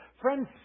Friends